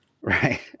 right